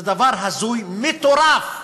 זה דבר הזוי, מטורף.